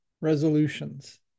resolutions